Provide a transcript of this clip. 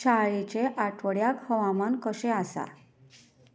शाळेचे आठवड्याक हवामान कशें आसा